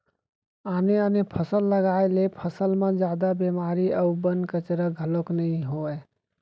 आने आने फसल लगाए ले फसल म जादा बेमारी अउ बन, कचरा घलोक नइ होवय